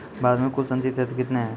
भारत मे कुल संचित क्षेत्र कितने हैं?